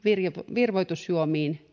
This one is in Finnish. virvoitusjuomiin